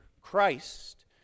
Christ